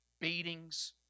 beatings